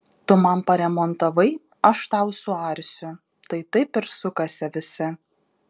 tu man paremontavai aš tau suarsiu tai taip ir sukasi visi